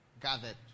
gathered